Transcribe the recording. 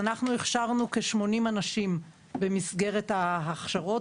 אנחנו הכשרנו כ-80 אנשים במסגרת ההכשרות